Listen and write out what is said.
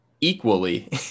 equally